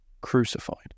crucified